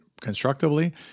constructively